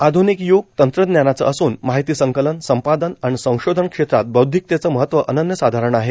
आध्निक य्ग तंत्रज्ञानाचं असून माहिती संकलन संपादन आणि संशोधन क्षेत्रात बौद्विकतेचं महत्व अनन्यसाधारण आहे